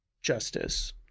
justice